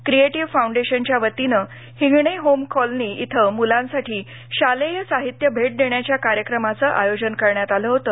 creative फाउंडेशनच्या वतीने Hingane home colony इथं मुलांसाठी शालेय साहित्य भेट देण्याच्या कार्यक्रमाचं आयोजन करण्यात आलं होतं